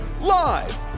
live